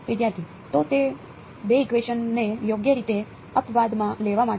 વિદ્યાર્થી તો તે બે ઇકવેશન ને યોગ્ય રીતે અપવાદમાં લેવા માટે